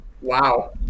Wow